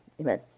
amen